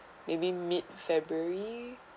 maybe mid february